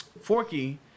Forky